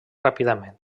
ràpidament